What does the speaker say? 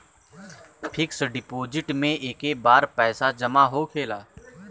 fix deposit मे एके बार पैसा जामा होखेला